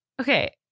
Okay